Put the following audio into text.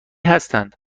هستند